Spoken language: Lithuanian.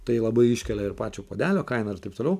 tai labai iškelia ir pačio puodelio kainą ir taip toliau